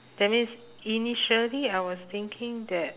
that means initially I was thinking that